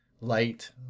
light